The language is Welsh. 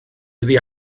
iddi